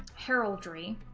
heraldry,